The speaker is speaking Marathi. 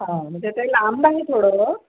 हा म्हणजे ते लांब आहे थोडं